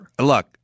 Look